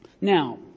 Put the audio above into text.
Now